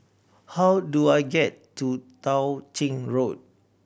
how do I get to Tao Ching Road